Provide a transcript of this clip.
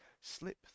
slip